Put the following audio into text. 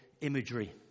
imagery